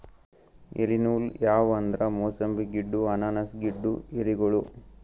ಎಲಿ ನೂಲ್ ಯಾವ್ ಅಂದ್ರ ಮೂಸಂಬಿ ಗಿಡ್ಡು ಅನಾನಸ್ ಗಿಡ್ಡು ಎಲಿಗೋಳು